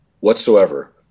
Whatsoever